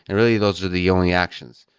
and really, those are the only actions.